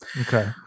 okay